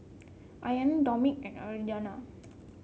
Alaina Dominik and Adria